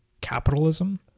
Capitalism